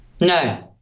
No